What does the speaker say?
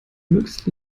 möglichst